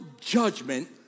judgment